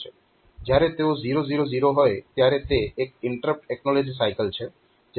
જ્યારે તેઓ 0 0 0 હોય ત્યારે તે એક ઇન્ટરપ્ટ એક્નોલેજ સાયકલ છે